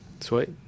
Sweet